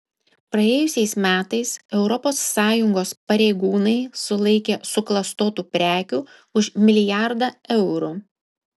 praėjusiais metais europos sąjungos pareigūnai sulaikė suklastotų prekių už milijardą eurų